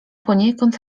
poniekąd